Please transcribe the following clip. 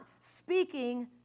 speaking